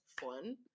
fun